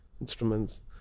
instruments